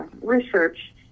research